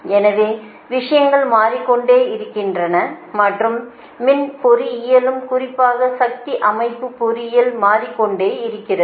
எனவே விஷயங்கள் மாறிக்கொண்டே இருக்கின்றன மற்றும் மின் பொறியியலும் குறிப்பாக சக்தி அமைப்பு பொறியியல் மாறிக்கொண்டே இருக்கிறது